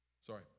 Sorry